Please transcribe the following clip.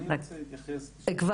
אני